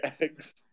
eggs